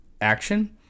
action